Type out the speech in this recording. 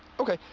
ok.